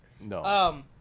No